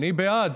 אני בעד.